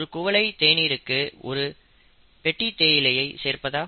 ஒரு குவளை தேனீருக்கு ஒரு பெட்டி தேயிலை சேர்ப்பதா